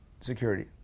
security